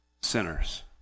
sinners